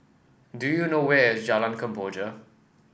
do you know where is Jalan Kemboja